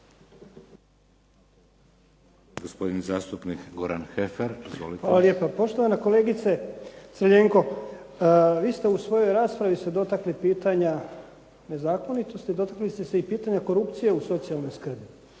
Hvala lijepo. Poštovana kolegice Crljenko, vi ste u svojoj raspravi se dotakli pitanja nezakonitosti, dotakli ste se i pitanja korupcije u socijalnoj skrbi.